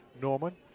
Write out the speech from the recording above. Norman